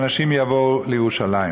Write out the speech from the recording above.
ואנשים יבואו לירושלים.